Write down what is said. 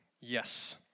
Yes